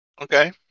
Okay